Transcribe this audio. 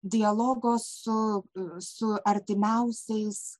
dialogo su su artimiausiais